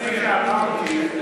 כפי שאמרתי,